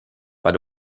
but